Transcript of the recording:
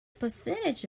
percentage